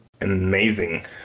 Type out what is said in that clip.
amazing